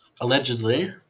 Allegedly